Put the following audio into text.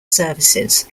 services